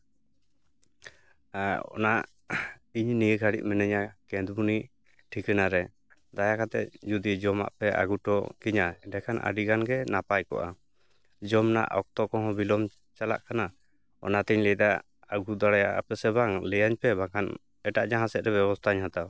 ᱚᱱᱟ ᱤᱧ ᱱᱤᱭᱟᱹ ᱜᱷᱟᱹᱲᱤᱡ ᱢᱤᱱᱟᱹᱧᱟ ᱠᱮᱸᱫᱽᱵᱚᱱᱤ ᱴᱷᱤᱠᱟᱹᱱᱟ ᱨᱮ ᱫᱟᱭᱟᱠᱟᱛᱮᱫ ᱡᱩᱫᱤ ᱡᱚᱢᱟᱜ ᱯᱮ ᱟᱹᱜᱩ ᱦᱚᱴᱚ ᱠᱤᱧᱟᱹ ᱮᱱᱠᱷᱟᱱ ᱟᱹᱰᱤ ᱜᱟᱱᱜᱮ ᱱᱟᱯᱟᱭ ᱠᱚᱜᱼᱟ ᱡᱚᱢ ᱨᱮᱱᱟᱜ ᱚᱠᱛᱚ ᱠᱚᱦᱚᱸ ᱵᱤᱞᱚᱢ ᱪᱟᱞᱟᱜ ᱠᱟᱱᱟ ᱚᱱᱟᱛᱤᱧ ᱞᱟᱹᱭᱫᱟ ᱟᱹᱜᱩ ᱫᱟᱲᱮᱭᱟᱜᱼᱟ ᱯᱮᱥᱮ ᱵᱟᱝ ᱞᱟᱹᱭᱟᱹᱧ ᱯᱮ ᱵᱟᱠᱷᱟᱱ ᱮᱴᱟᱜ ᱡᱟᱦᱟᱸ ᱥᱮᱫ ᱨᱮ ᱵᱮᱵᱚᱥᱛᱟᱧ ᱦᱟᱛᱟᱣᱟ